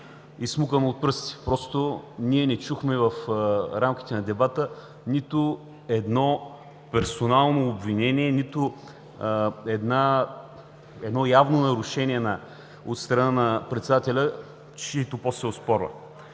изсмукано от пръстите. Просто ние не чухме в рамките на дебата нито едно персонално обвинение, нито едно явно нарушение от страна на Председателя, чийто пост се оспорва.